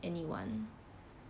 anyone